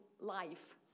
life